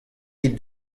ket